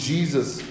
Jesus